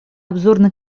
обзорной